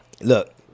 look